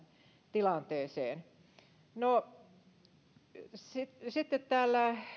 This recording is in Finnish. tilanteeseen sitten täällä